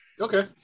okay